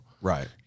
Right